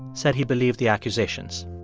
said he believed the accusations.